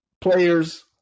player's